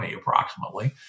approximately